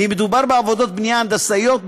ואם מדובר בעבודות בנייה הנדסאיות,